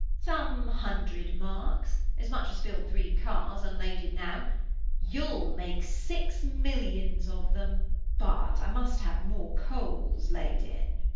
some hundred marks, as much as fill'd three cars, unladed now you'll make six millions of them but i must have more coals laid in.